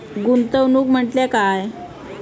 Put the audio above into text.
गुंतवणूक म्हटल्या काय?